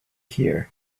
here